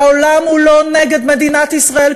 העולם אינו נגד מדינת ישראל,